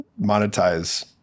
monetize